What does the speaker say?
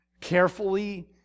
carefully